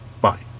Bye